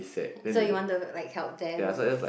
so you want to like help them